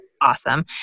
awesome